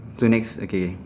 so next okay